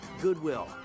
Goodwill